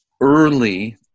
early